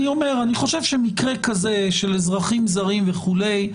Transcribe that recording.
אני חושב שמקרה כזה של אזרחים זרים וכולי,